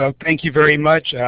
ah thank you very much.